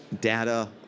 data